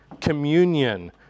communion